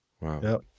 Wow